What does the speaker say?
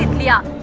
me up